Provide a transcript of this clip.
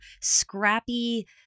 scrappy